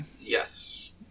yes